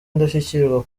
indashyikirwa